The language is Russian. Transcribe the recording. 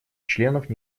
членов